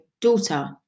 daughter